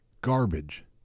garbage